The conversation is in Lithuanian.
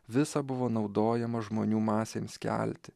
visa buvo naudojama žmonių masėms kelti